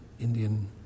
Indian